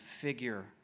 figure